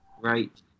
great